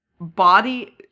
body-